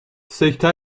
سکته